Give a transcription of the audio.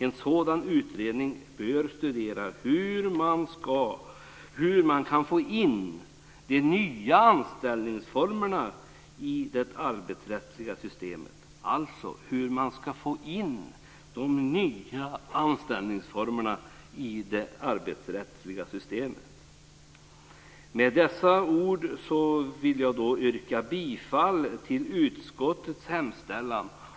En sådan utredning bör studera hur man kan få in de nya anställningsformerna i det arbetsrättsliga systemet. Med dessa ord yrkar jag bifall till utskottets hemställan.